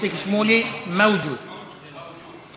איציק שמולי, מאוג'וד.